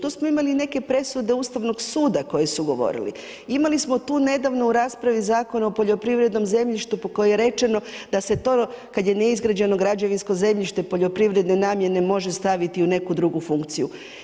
To smo imali neke presude Ustavnog suda koje su govorili, imali smo tu nedavno u raspravi Zakon o poljoprivrednom zemljištu po kojem je rečeno da se to kada je neizgrađeno građevinsko zemljište poljoprivredne namjene može staviti u neku drugu funkciju.